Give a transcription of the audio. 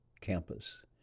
campus